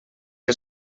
que